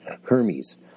Hermes